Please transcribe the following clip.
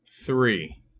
three